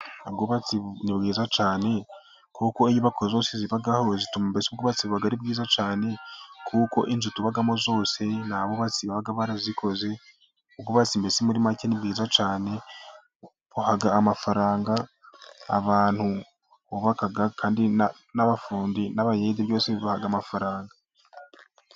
Ubwubatsi ni bwiza cyane kuko inzu zose tubamo tugamo zose ni abubatsi baba barazikoze. Ubwubatsi mbese muri make ni bwiza cyane, buha amafaranga abantu bubaka kandi n'abafundi n'abayedi bose bubaha amafaranga.